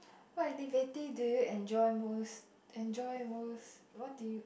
what activity do you enjoy most enjoy most what do you